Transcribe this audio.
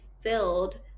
filled